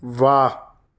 واہ